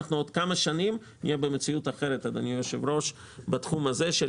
עוד כמה שנים נהיה במציאות אחרת בתחום הזה של